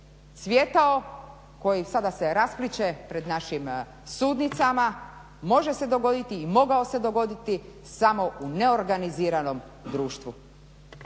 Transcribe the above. cvjetao, koji sada se raspliće pred našim sudnicama, može se dogoditi i mogao se dogoditi samo u neorganiziranom društvu.